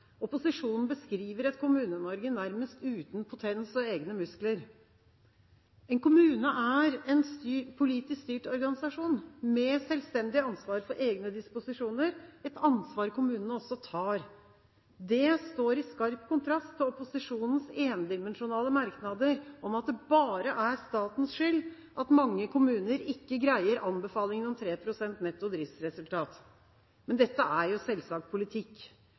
Opposisjonen beskriver et Kommune-Norge nærmest uten potens og egne muskler. En kommune er en politisk styrt organisasjon med selvstendig ansvar for egne disposisjoner, et ansvar kommunene også tar. Det står i skarp kontrast til opposisjonens endimensjonale merknader om at det bare er statens skyld at mange kommuner ikke greier anbefalingene om 3 pst. netto driftsresultat. Men dette er jo selvsagt politikk.